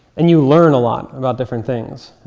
and you learn a lot about different things.